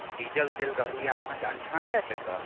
diesel चलि रहल यऽ अहाँके अँठानबे टका